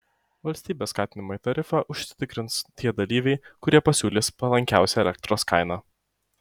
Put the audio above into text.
valstybės skatinamąjį tarifą užsitikrins tie dalyviai kurie pasiūlys palankiausią elektros kainą